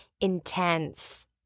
intense